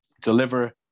deliver